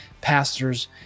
pastors